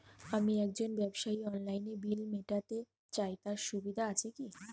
আমি একজন ব্যবসায়ী অনলাইনে বিল মিটাতে চাই তার সুবিধা আছে কি?